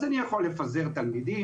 אז אני יכול לפזר תלמידים,